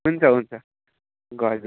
हुन्छ हुन्छ गरिदिएँ